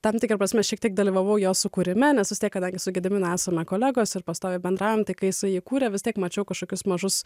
tam tikra prasme šiek tiek dalyvavau jo sukūrime nes vis tiek kadangi su gediminu esame kolegos ir pastoviai bendraujame tai ką jisai įkūrė vis tiek mačiau kažkokius mažus